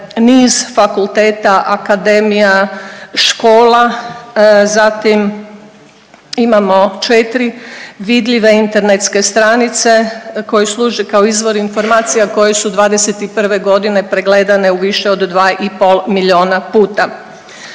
niz fakulteta, akademija, škola. Zatim imamo 4 vidljive internetske stranice koje služe kao izvor informacija koje su '21. godine pregledane u više od 2,5 miliona puta.